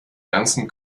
ganzen